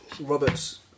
Robert's